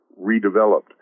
redeveloped